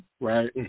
right